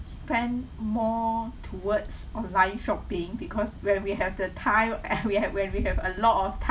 spend more towards online shopping because when we have the time and we have when we have a lot of time